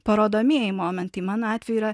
parodomieji momentai mano atveju yra